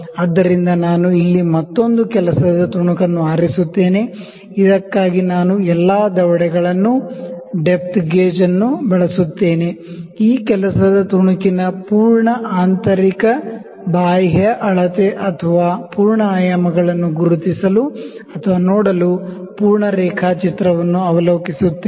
ಆದ್ದರಿಂದ ನಾನು ಇಲ್ಲಿ ಮತ್ತೊಂದು ವರ್ಕ್ ಪೀಸ್ ನ್ನು ಆರಿಸುತ್ತೇನೆ ಇದಕ್ಕಾಗಿ ನಾನು ಎಲ್ಲಾ ದವಡೆಗಳನ್ನು ಡೆಪ್ತ್ ಗೇಜ್ ಅನ್ನು ಬಳಸುತ್ತೇನೆ ಈ ಕೆಲಸದ ತುಣುಕಿನ ಪೂರ್ಣ ಆಂತರಿಕ ಬಾಹ್ಯ ಅಳತೆ ಅಥವಾ ಪೂರ್ಣ ಆಯಾಮಗಳನ್ನು ಗುರುತಿಸಲು ಅಥವಾ ನೋಡಲು ಪೂರ್ಣ ರೇಖಾಚಿತ್ರವನ್ನು ಅವಲೋಕಿಸುತ್ತೇನೆ